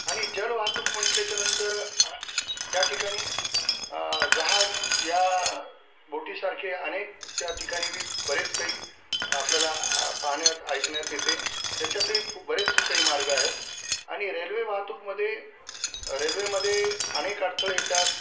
आणि जलवाहतूक म्हंटल्याच्या नंतर त्या ठिकाणी जहाज या बोटीसारखे अनेक त्या ठिकाणीही बरेच काही आपल्याला पाहण्यात ऐकण्यात येते त्याच्यातही फू बरेचसे काही मार्ग आहेत आणि रेल्वे वाहतूकीमध्ये रेल्वेमध्ये अनेक अडथळे येतात